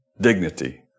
dignity